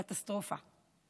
קטסטרופה.